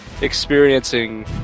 experiencing